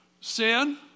Sin